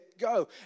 Go